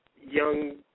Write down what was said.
young